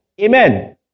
Amen